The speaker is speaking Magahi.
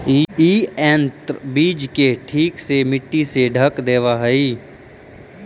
इ यन्त्र बीज के ठीक से मट्टी से ढँक देवऽ हई